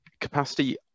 capacity